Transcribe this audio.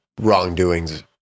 wrongdoings